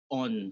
on